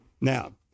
Now